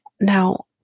Now